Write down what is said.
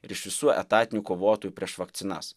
ir iš visų etatinių kovotojų prieš vakcinas